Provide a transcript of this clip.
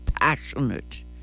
passionate